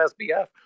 SBF